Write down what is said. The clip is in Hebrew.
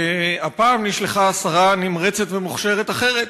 והפעם נשלחה שרה נמרצת ומוכשרת אחרת,